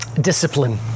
discipline